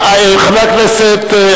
חבר הכנסת,